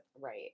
right